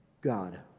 God